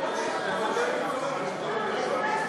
התשע"ז 2016, נתקבל.